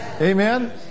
Amen